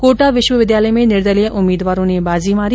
कोटा विश्वविद्यालय में निर्दलीय उम्मीदवारों ने बाजी मारी